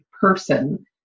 person